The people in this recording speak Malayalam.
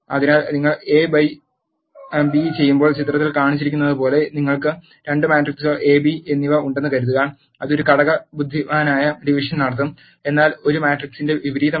അതിനാൽ നിങ്ങൾ എ ബൈ ബി ചെയ്യുമ്പോൾ ചിത്രത്തിൽ കാണിച്ചിരിക്കുന്നതുപോലെ നിങ്ങൾക്ക് രണ്ട് മെട്രിക്സുകൾ എ ബി എന്നിവ ഉണ്ടെന്ന് കരുതുക അത് ഒരു ഘടക ബുദ്ധിമാനായ ഡിവിഷൻ നടത്തും എന്നാൽ ഒരു മാട്രിക്സിന്റെ വിപരീതമല്ല